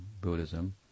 Buddhism